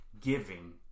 giving